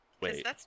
wait